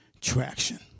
traction